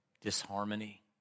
disharmony